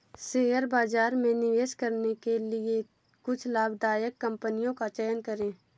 share बाजार में निवेश करने के लिए कुछ लाभदायक कंपनियों का चयन करें